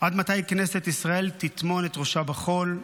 עד מתי כנסת ישראל תטמון את ראשה בחול?